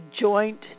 Joint